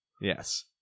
Yes